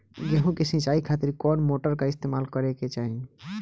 गेहूं के सिंचाई खातिर कौन मोटर का इस्तेमाल करे के चाहीं?